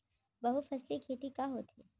बहुफसली खेती का होथे?